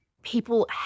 People